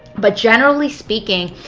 but generally speaking,